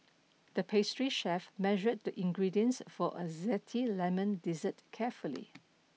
the pastry chef measured the ingredients for a zesty lemon dessert carefully